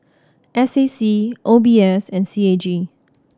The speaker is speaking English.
S A C O B S and C A G